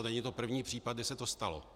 Není to první případ, kdy se to stalo.